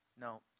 No